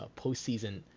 postseason